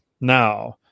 now